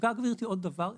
רק עוד דבר אחד.